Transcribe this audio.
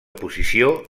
posició